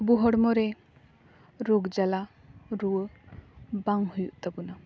ᱟᱵᱩ ᱦᱚᱲᱢᱚ ᱨᱮ ᱨᱳᱜᱽ ᱡᱟᱞᱟ ᱨᱩᱭᱟᱹ ᱵᱟᱝ ᱦᱩᱭᱩᱜ ᱛᱟᱵᱚᱱᱟ